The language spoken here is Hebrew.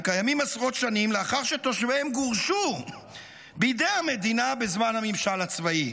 קיימים עשרות שנים לאחר שתושביהם גורשו בידי המדינה בזמן הממשל הצבאי.